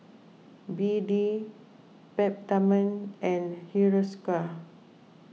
B D Peptamen and Hiruscar